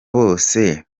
bose